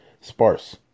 sparse